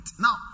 Now